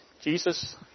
Jesus